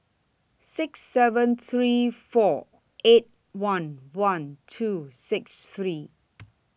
six seven three four eight one one two six three